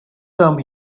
come